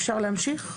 אפשר להמשיך?